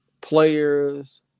players